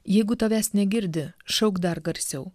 jeigu tavęs negirdi šauk dar garsiau